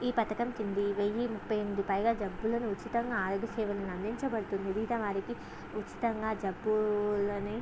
ఈ పథకం కింద వెయ్యి ముఫై ఎనిమిది పైగా జబ్బులను ఉచితంగా ఆరోగ్య సేవలను అందించబడుతుంది మిగతా వారికి ఉచితంగా జబ్బులని